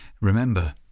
remember